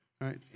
Right